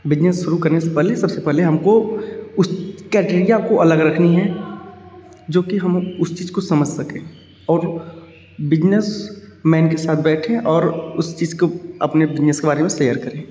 business शुरु करने से पहले सब से पहले हम को उस क्राइटेरिया को अलग रखनी है जो कि हम उस चीज़ को समझ सकें और बिजनेसमैन का साथ बैठें और उस चीज़ को अपने बिजनेस के बारे में सेयर करें